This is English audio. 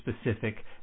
specific